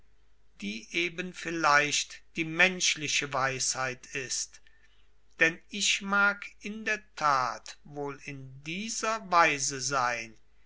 die eben vielleicht die menschliche weisheit ist denn ich mag in der tat wohl in dieser weise sein